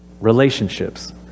Relationships